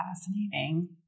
fascinating